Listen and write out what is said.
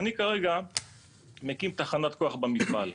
אני כרגע מקים תחנת כוח במפעל,